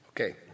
Okay